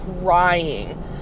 crying